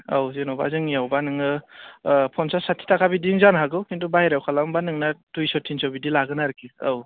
औ जेन'बा जोंनियावबा नोङो फनसास साथि थाखा बिदिनो जानो हागौ खिन्थु बाहेरायाव खालामोबा नोंना दुइस' तिनस' बिदि लागोन आरखि औ